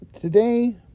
Today